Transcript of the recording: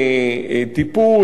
רפואה,